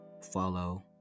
follow